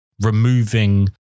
removing